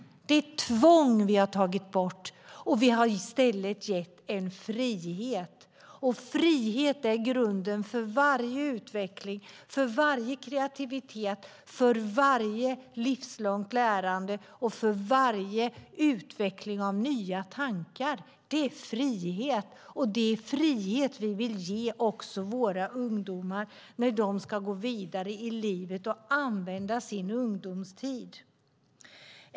Det är tvång vi har tagit bort och i stället gett en frihet. Frihet är grunden för all utveckling, för kreativitet, för allt livslångt lärande och för utveckling av nya tankar. Det är frihet vi vill ge våra ungdomar när de ska gå vidare i livet och använda sin ungdomstid.